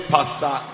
Pastor